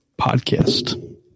podcast